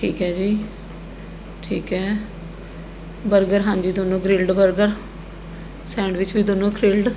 ਠੀਕ ਹੈ ਜੀ ਠੀਕ ਹੈ ਬਰਗਰ ਹਾਂਜੀ ਦੋਨੋਂ ਗ੍ਰਿੱਲਡ ਬਰਗਰ ਸੈਡਵਿੱਚ ਵੀ ਦੋਨੋਂ ਗ੍ਰਿੱਲਡ